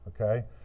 Okay